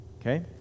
Okay